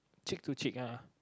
cheek to cheek ah